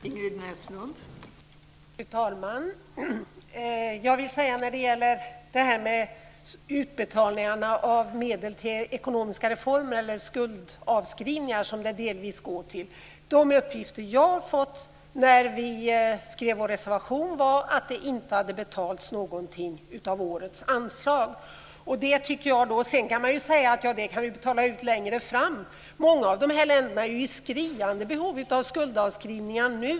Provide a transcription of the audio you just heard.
Fru talman! Enligt de uppgifter som jag fick i samband med att vi skrev vår reservation, angående utbetalningar av medel till ekonomiska reformer eller till skuldavskrivningar som de delvis går till, har det inte betalts ut någonting alls av årets anslag. Sedan kan man säga att pengarna kan betalas ut längre fram, men många av dessa länder är ju i skriande behov av skuldavskrivningar nu.